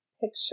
picture